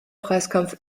preiskampf